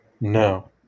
No